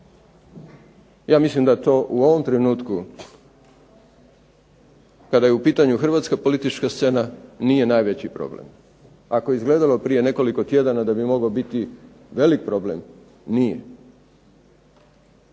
ja mislim da to u ovom trenutku kada je u pitanju hrvatska politička scena nije najveći problem. Ako je izgledalo prije nekoliko tjedana da bi mogao biti veliki problem nije.